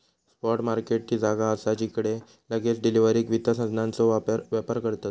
spot market ती जागा असा जिकडे लगेच डिलीवरीक वित्त साधनांचो व्यापार करतत